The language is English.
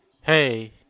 hey